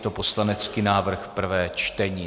Je to poslanecký návrh, prvé čtení.